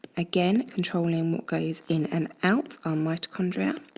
again, controlling what goes in and out are mitochondria.